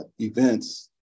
events